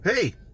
hey